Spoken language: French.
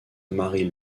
marie